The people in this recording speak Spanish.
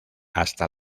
hasta